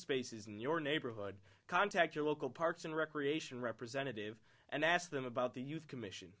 spaces in your neighborhood contact your local parks and recreation representative and ask them about the youth commission